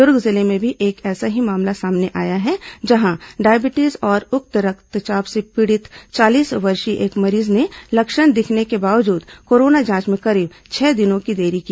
दुर्ग जिले में भी ऐसा ही एक मामला सामने आया है जहां डायबिटीज और उच्च रक्तचाप से पीड़ित चालीस वर्षीय एक मरीज ने लक्षण दिखने के बावजूद कोरोना जांच में करीब छह दिनों की देरी की